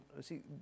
See